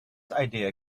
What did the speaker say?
idea